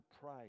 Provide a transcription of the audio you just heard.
pray